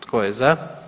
Tko je za?